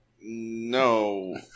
No